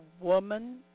woman